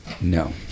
No